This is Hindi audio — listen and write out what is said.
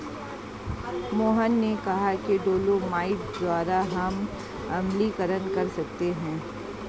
मोहन ने कहा कि डोलोमाइट द्वारा हम अम्लीकरण कर सकते हैं